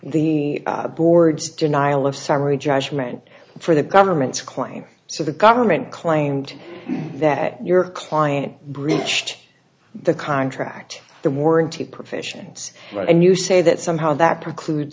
the board's denial of summary judgment for the government's claim so the government claimed that your client breached the contract the more in two professions and you say that somehow that preclude